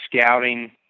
scouting